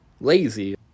lazy